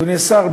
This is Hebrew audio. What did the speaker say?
אדוני השר,